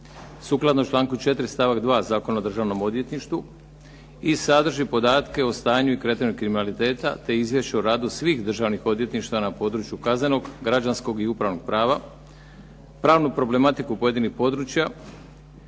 sukladno članku 4. stavak 2. Zakona o državnom odvjetništvu i sadrži podatke o stanju i kretanju kriminaliteta, te izvješće o radu svih državnih odvjetništava na području kaznenog, građanskog i upravnog prava, pravnu problematiku pojedinih područja,